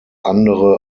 andere